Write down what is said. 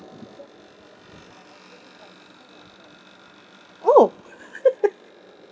oh